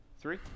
three